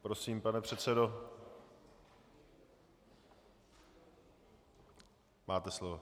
Prosím, pane předsedo, máte slovo.